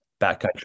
backcountry